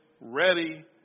ready